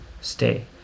Stay